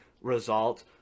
result